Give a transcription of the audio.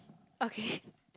okay